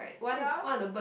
ya